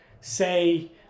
say